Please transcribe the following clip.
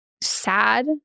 sad